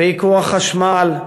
בייקור החשמל,